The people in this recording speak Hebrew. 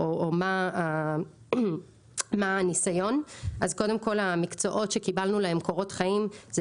או מה הניסיון - המקצועות שקיבלנו להם קורות חיים זה